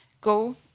go